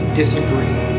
disagree